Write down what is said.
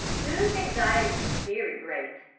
boone's anxiety was very great.